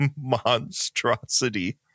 monstrosity